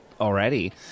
already